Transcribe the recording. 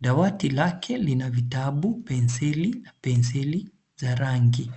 Dawati lake lina vitabu, penseli, penseli za rangi.